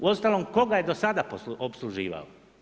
Uostalom koga je do sada opsluživao?